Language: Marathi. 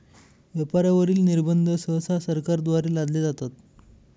व्यापारावरील निर्बंध सहसा सरकारद्वारे लादले जातात